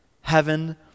heaven